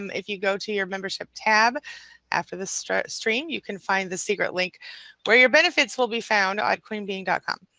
um if you go to your membership tab after the stream stream you can find the secret link where your benefits will be found on queenbeeing com.